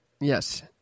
Yes